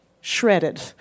shredded